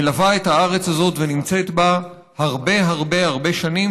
מלווה את הארץ הזאת ונמצאת בה הרבה הרבה שנים,